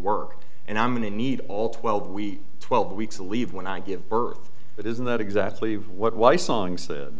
work and i'm going to need all twelve we twelve weeks leave when i give birth but isn't that exactly what why song said